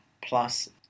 plus